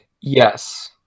Yes